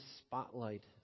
spotlight